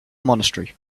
monastery